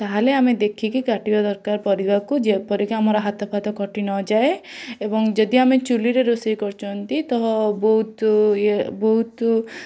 ତାହେଲେ ଆମେ ଦେଖିକି କାଟିବା ଦରକାର ପରିବାକୁ ଯେପରିକି ଆମର ହାତଫାତ କଟିନଯାଏ ଏବଂ ଯଦି ଆମେ ଚୁଲ୍ହିରେ ରୋଷେଇ କରୁଛନ୍ତି ତ ବହୁତ ଇଏ ବହୁତ